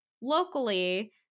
locally